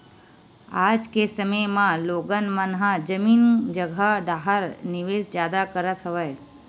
आज के समे म लोगन मन ह जमीन जघा डाहर निवेस जादा करत हवय